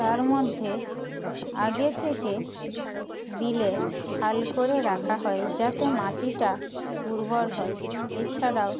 তার মধ্যে আগে থেকে বিলে হাল করে রাখা হয় যাতে মাটিটা উর্বর হয় এছাড়াও